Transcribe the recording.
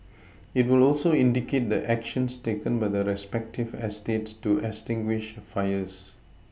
it will also indicate the actions taken by the respective eStates to extinguish fires